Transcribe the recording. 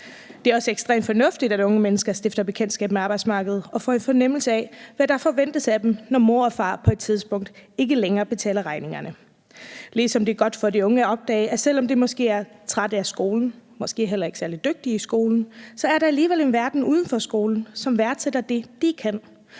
Det er også ekstremt fornuftigt, at unge mennesker stifter bekendtskab med arbejdsmarkedet og får en fornemmelse af, hvad der forventes af dem, når mor og far på et tidspunkt ikke længere betaler regningerne, ligesom det er godt for de unge at opdage, at selv om de måske er trætte af skolen, måske heller ikke særlig dygtige i skolen, så er der alligevel en verden uden for skolen, som værdsætter det, de kan,